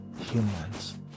Humans